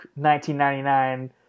1999